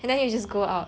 and then you just go out